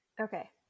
Okay